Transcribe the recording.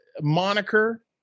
Moniker